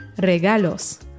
¡Regalos